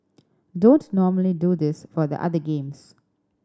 don't normally do this for the other games